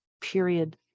period